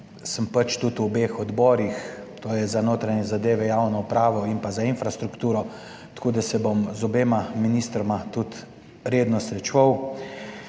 sem pač tudi v obeh odborih, to je za notranje zadeve, javno upravo in pa za infrastrukturo tako, da se bom z obema ministroma tudi redno srečeval.